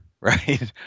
right